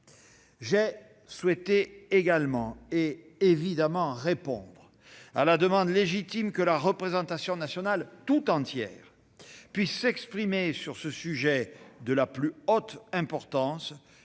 J'ai également souhaité répondre à la demande légitime que la représentation nationale tout entière puisse s'exprimer sur ce sujet de la plus haute importance,